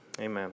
Amen